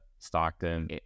Stockton